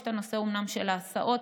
אומנם יש נושא של הסעות,